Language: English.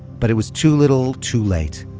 but it was too little, too late.